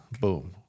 boom